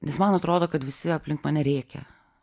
nes man atrodo kad visi aplink mane rėkia